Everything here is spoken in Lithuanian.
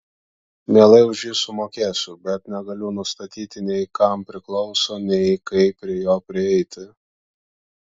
mielai už jį sumokėsiu bet negaliu nustatyti nei kam priklauso nei kaip prie jo prieiti